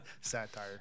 satire